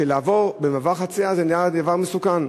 שלעבור במעבר חציה נהיה דבר מסוכן?